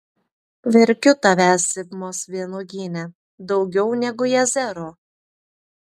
verkiu tavęs sibmos vynuogyne daugiau negu jazero